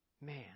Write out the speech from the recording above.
man